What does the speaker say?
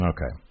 Okay